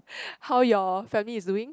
how your family is doing